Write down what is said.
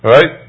Right